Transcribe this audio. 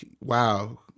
wow